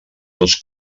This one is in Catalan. dos